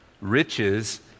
riches